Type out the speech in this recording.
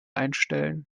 einstellen